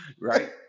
right